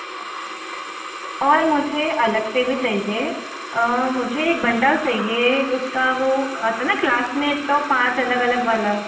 और मुझे अलग से भी चाहिए मुझे एक बंडल चाहिए उसका वो आता है ना क्लासमेट को पाँच अलग अलग वाला